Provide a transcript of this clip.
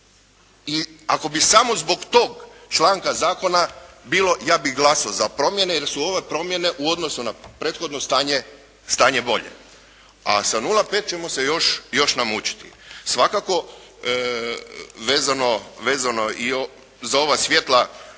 i ako bi samo zbog tog članka zakona bilo, ja bih glasao za promjene, jer su ove promjene u odnosu na prethodno stanje bolje. A sa 0,5 ćemo se još namučiti. Svakako vezano i za ova svjetla